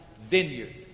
vineyard